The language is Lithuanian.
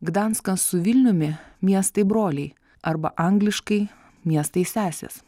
gdanskas su vilniumi miestai broliai arba angliškai miestai sesės